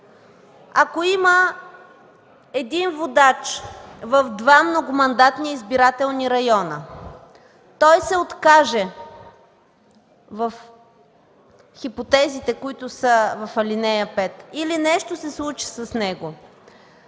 Ако има един водач в два многомандатни избирателни района, той се откаже – в хипотезите в ал. 5, или нещо се случи с него,